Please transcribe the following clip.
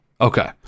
Okay